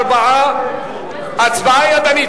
המשרד לעניינים,